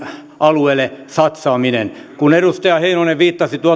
alueelle satsaaminen kun edustaja heinonen viittasi